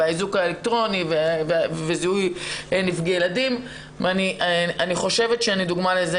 האיזוק האלקטרוני וזיהוי ילדים נפגעים ואני חושבת שאני דוגמה לכך